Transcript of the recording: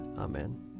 Amen